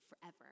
forever